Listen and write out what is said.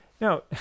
No